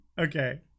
okay